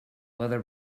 leather